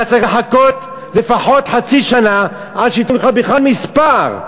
אתה צריך לחכות לפחות חצי שנה עד שייתנו לך בכלל מספר,